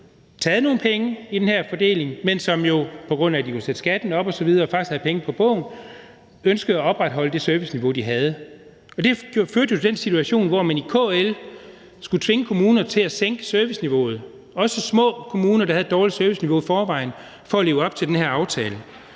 taget nogle penge i den her fordeling, men som jo, på grund af at de kunne sætte skatten op osv., faktisk havde penge på kontoen og ønskede at opretholde det serviceniveau, de havde. Det førte jo til den situation, hvor man i KL skulle tvinge kommuner til at sænke serviceniveauet, også små kommuner, der havde et dårligt serviceniveau i forvejen, for at leve op til den her aftale.